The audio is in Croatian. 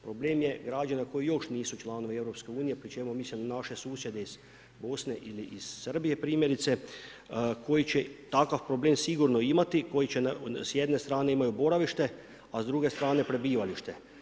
Problem je građana koji još nisu članovi EU-a pri čemu mislim na naše susjede iz Bosne ili iz Srbije primjerice koji će takav problem sigurno imati, koji s jedne strane imaju boravište a s druge strane prebivalište.